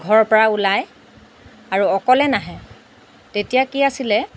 ঘৰৰ পৰা ওলায় আৰু অকলে নাহে তেতিয়া কি আছিলে